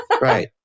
Right